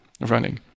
running